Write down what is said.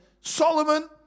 Solomon